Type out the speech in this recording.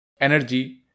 energy